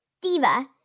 Diva